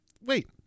Wait